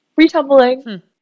Retumbling